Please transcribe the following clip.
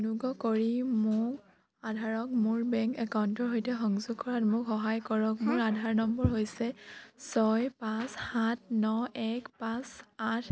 অনুগ্ৰহ কৰি মোৰ আধাৰক মোৰ বেংক একাউণ্টৰ সৈতে সংযোগ কৰাত মোক সহায় কৰক মোৰ আধাৰ নম্বৰ হৈছে ছয় পাঁচ সাত ন এক পাঁচ আঠ